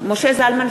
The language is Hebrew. משה זלמן פייגלין,